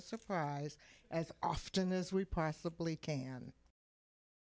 a surprise as often as we possibly can